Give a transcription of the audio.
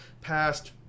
passed